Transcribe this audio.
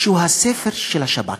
שהוא הספר של השב"כ.